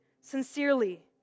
sincerely